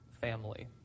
family